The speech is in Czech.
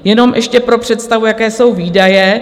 Jenom ještě pro představu, jaké jsou výdaje.